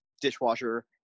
dishwasher